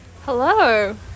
Hello